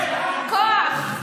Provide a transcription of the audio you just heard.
כוח, כוח.